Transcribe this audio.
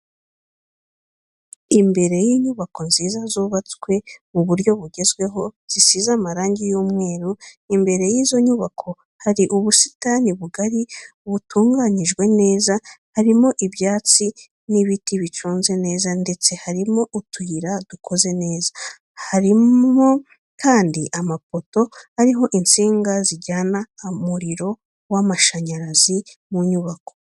Imbere y'inyubako nziza zubatswe mu buryo bugezweho zisize amarangi y'umweru imbere y'izo nyubako hari ubusitani bugari butunganyijwe neza, harimo ibyatsi n'ibiti biconze neza ndetse harimo utuyira dukoze neza, harimokandi amapoto ariho insinga zijyana umuriro w'amashanyarazi mu nyubako.